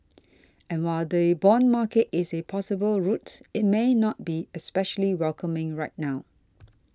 and while the bond market is a possible route it may not be especially welcoming right now